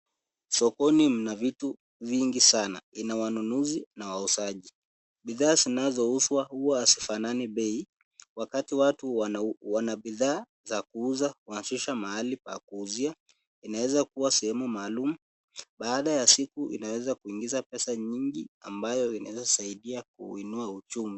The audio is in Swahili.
Sokoni mna vitu vingi sana, inawanunuzi na wauzaji bidhaa zinazouzwa huwa hazifanani bei. Wakati watu wanabidhaa za uanzisha mahali pa kuuzia, inaeza kuwa sehemu maalum baada ya siku inaweza kuingiza pesa nyingi ambayo inaweza saidia kuinua uchumi.